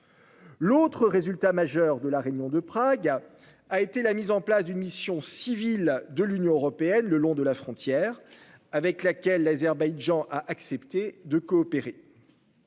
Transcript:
L'autre résultat majeur de la réunion de Prague a été la mise en place d'une mission civile de l'Union européenne le long de la frontière, avec laquelle l'Azerbaïdjan a accepté de coopérer.